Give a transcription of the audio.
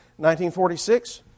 1946